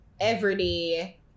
everyday